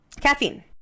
Caffeine